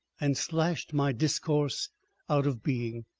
and slashed my discourse out of being.